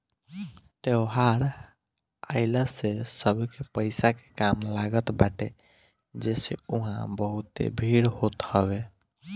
त्यौहार आइला से सबके पईसा के काम लागत बाटे जेसे उहा बहुते भीड़ होत हवे